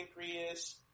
pancreas